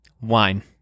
Wine